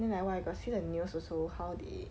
then like !wah! you got see the news also how they